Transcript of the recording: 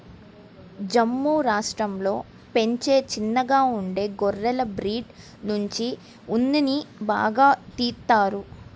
జమ్ము రాష్టంలో పెంచే చిన్నగా ఉండే గొర్రెల బ్రీడ్ నుంచి ఉన్నిని బాగా తీత్తారు